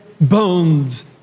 bones